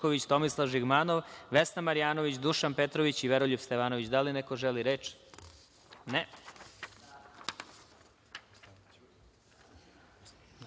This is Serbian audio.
Tomislav Žigmanov, Vesna Marjanović, Dušan Petrović i Veroljub Stevanović. Da li neko želi reč?